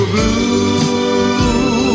Blue